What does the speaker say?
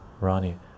Ronnie